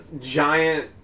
giant